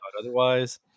otherwise